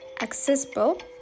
accessible